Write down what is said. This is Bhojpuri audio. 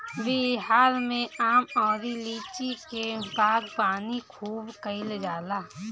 बिहार में आम अउरी लीची के बागवानी खूब कईल जाला